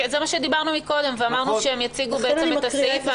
זה מה שדיברנו קודם ואמרנו שהם יציגו את הסעיף,